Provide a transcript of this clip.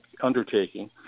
undertaking